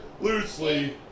loosely